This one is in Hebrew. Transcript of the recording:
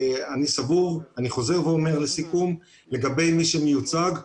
אני חוזר ואומר לסיכום לגבי מי שמיוצג,